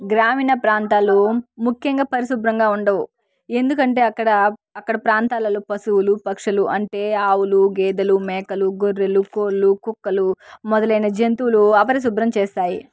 గ్రామీణ ప్రాంతాల్లో ముఖ్యంగా పరిశుభ్రంగా ఉండవు ఎందుకంటే అక్కడ అక్కడ ప్రాంతాలలో పశువులు పక్షులు అంటే ఆవులు గేదలు మేకలు గొర్రెలు కోళ్ళు కుక్కలు మొదలైన జంతువులు అపరిశుభ్రం చేస్తాయి